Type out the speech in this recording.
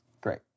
great